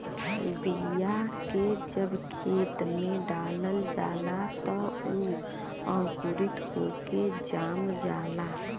बीया के जब खेत में डालल जाला त उ अंकुरित होके जाम जाला